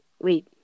Wait